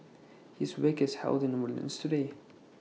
his wake is held in Woodlands today